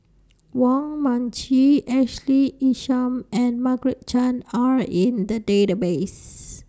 Wong Mun Chee Ashley Isham and Margaret Chan Are in The Database